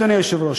אדוני היושב-ראש,